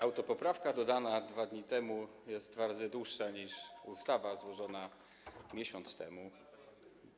Autopoprawka dodana 2 dni temu jest dwa razy dłuższa niż ustawa złożona miesiąc temu.